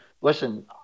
listen